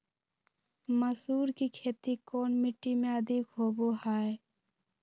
मसूर की खेती कौन मिट्टी में अधीक होबो हाय?